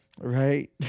right